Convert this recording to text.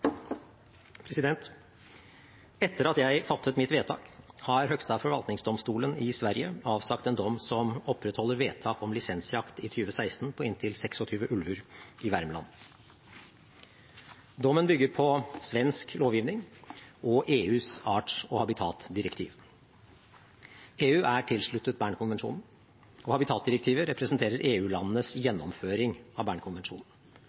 Etter at jeg fattet mitt vedtak, har Högsta förvaltningsdomstolen i Sverige avsagt en dom som opprettholder vedtak om lisensjakt i 2016 på inntil 26 ulver i Värmland. Dommen bygger på svensk lovgivning og EUs arts- og habitatdirektiv. EU er tilsluttet Bern-konvensjonen, og Habitatdirektivet representerer EU-landenes gjennomføring av